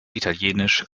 italienisch